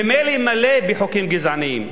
ממילא מלא בחוקים גזעניים.